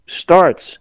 starts